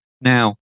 Now